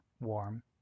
warm